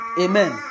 Amen